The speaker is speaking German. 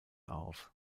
auf